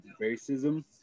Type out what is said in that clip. racism